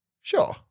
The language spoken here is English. Sure